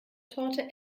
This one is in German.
torte